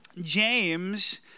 James